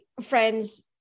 friends